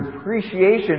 appreciation